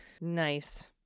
Nice